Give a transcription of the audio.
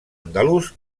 andalús